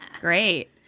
Great